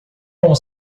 com